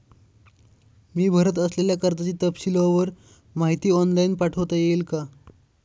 मी भरत असलेल्या कर्जाची तपशीलवार माहिती ऑनलाइन पाठवता येईल का?